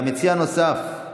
מציע נוסף,